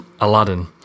Aladdin